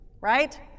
right